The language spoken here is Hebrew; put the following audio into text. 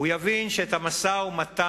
הוא יבין שאת המשא-ומתן